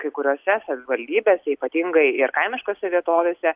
kai kuriose savivaldybėse ypatingai ir kaimiškose vietovėse